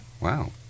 wow